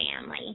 family